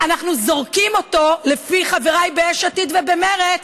אנחנו זורקים אותו, לפי חבריי ביש עתיד ובמרצ,